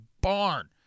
barn